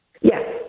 Yes